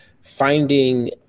finding